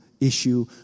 issue